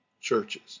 churches